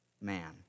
man